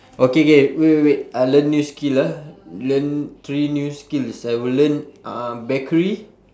okay K K wait wait wait uh learn new skill ah learn three new skills I will learn uh bakery